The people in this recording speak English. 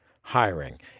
hiring